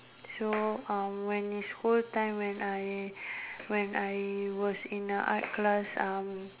so uh when is school time when I when I was in a art class uh